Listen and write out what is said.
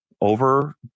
Over